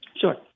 Sure